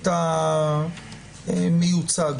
המיוצג?